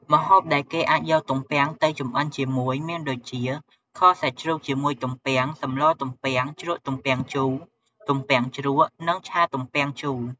ម្ហូបដែលគេអាចយកទំពាំងទៅចម្អិនជាមួយមានដូចជា ខសាច់ជ្រូកជាមួយទំពាំង សម្លទំពាំង ជ្រក់ទំពាំងជូរ ទំពាំងជ្រក់ និងឆាទំំពាំងជូរ។